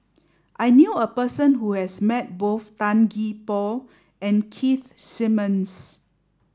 I knew a person who has met both Tan Gee Paw and Keith Simmons